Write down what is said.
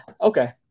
okay